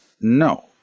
No